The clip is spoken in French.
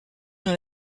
dans